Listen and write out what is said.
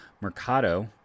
Mercado